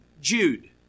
Jude